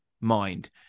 mind